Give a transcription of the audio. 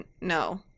no